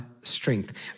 strength